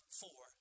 four